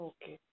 Okay